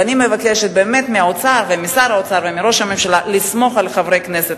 ואני מבקשת באמת מהאוצר ומשר האוצר ומראש הממשלה לסמוך על חברי הכנסת,